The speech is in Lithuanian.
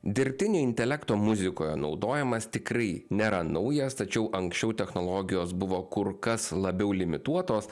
dirbtinio intelekto muzikoje naudojimas tikrai nėra naujas tačiau anksčiau technologijos buvo kur kas labiau limituotos